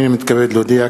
הנני מתכבד להודיע,